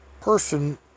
person